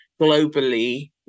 globally